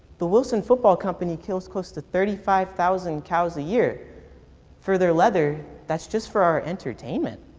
the wilson football company kills close to thirty five thousand cows a year for their leather, that's just for our entertainment.